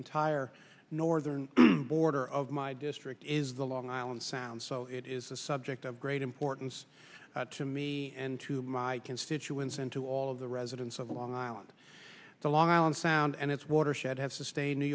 entire northern border of my district is the long island sound so it is a subject of great importance to me and to my constituents and to all of the residents of long island the long island sound and its watershed have sustained new